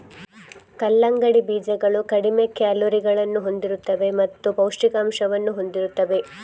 ಕಲ್ಲಂಗಡಿ ಬೀಜಗಳು ಕಡಿಮೆ ಕ್ಯಾಲೋರಿಗಳನ್ನು ಹೊಂದಿರುತ್ತವೆ ಮತ್ತು ಪೌಷ್ಠಿಕಾಂಶವನ್ನು ಹೊಂದಿರುತ್ತವೆ